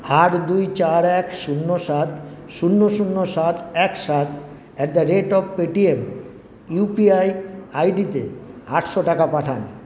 আট দুই চার এক শূন্য সাত শূন্য শূন্য সাত এক সাত অ্যাটদারেট অব পেটিএম ইউপিআই আইডিতে আটশো টাকা পাঠান